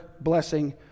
blessing